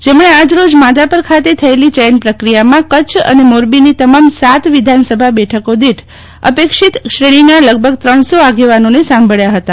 જેમણે આજ રોજ માધાપર ખાતે થયેલી ચયનપ્રક્રિયામાં કચ્છઅને મોરબીની તમામ સાત વિધાનસભા બેઠકો દીઠ અપેક્ષિત શ્રેણીના લગભગ ત્રણસો આગેવાનોને સાંભળયા હતા